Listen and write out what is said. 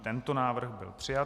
I tento návrh byl přijat.